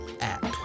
app